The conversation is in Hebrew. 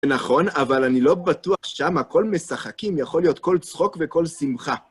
נכון, אבל אני לא בטוח שמה קול משחקים יכול להיות קול צחוק וקול שמחה.